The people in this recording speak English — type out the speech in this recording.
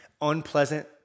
unpleasant